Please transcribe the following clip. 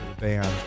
band